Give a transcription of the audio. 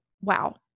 wow